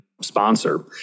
sponsor